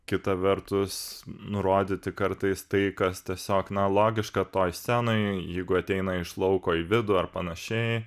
kita vertus nurodyti kartais tai kas tiesiog na logiška toj scenoj jeigu ateina iš lauko į vidų ar panašiai